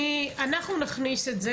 אנחנו נכניס את זה,